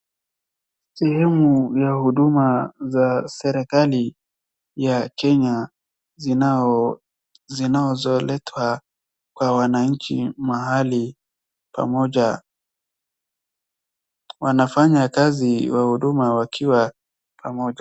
Sehemu ya huduma za serikali ya Kenya zinazoletwa kwa wananchi mahali pamoja. Wanafanya kazi wahuduma wakiwa pamoja.